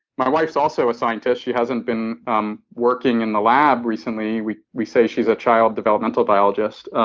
my wife's also a scientist. she hasn't been um working in the lab recently. we we say she's a child developmental biologist.